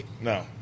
No